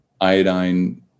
iodine